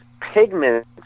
pigments